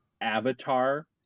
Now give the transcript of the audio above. Avatar